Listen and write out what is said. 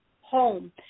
home